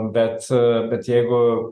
bet bet jeigu